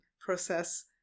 process